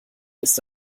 ist